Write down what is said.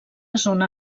zona